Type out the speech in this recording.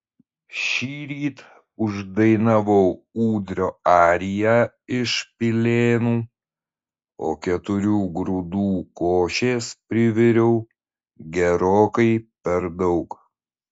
šįryt uždainavau ūdrio ariją iš pilėnų o keturių grūdų košės priviriau gerokai per daug